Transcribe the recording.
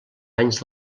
anys